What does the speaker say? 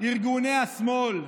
ארגוני השמאל.